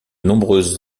nombreuses